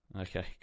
Okay